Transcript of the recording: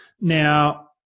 Now